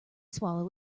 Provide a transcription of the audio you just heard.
swallow